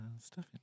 stuffing